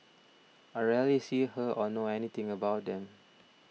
I rarely see her or know anything about them